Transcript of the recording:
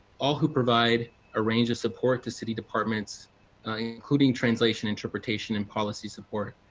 all who provide a range of support to city departments including translation, interpretation, and policy support.